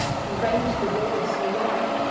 to range the world soe wide.